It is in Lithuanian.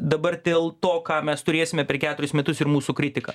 dabar dėl to ką mes turėsime per keturis metus ir mūsų kritika